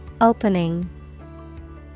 Opening